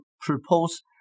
proposed